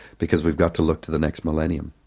because we've got to look to the next millennium.